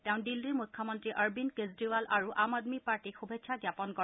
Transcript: তেওঁ দিল্লীৰ মুখ্যমন্ত্ৰী অৰবিন্দ কেজৰিৱাল আৰু আম আদমি পাৰ্টিক শুভেচ্ছা জ্ঞাপন কৰে